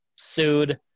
sued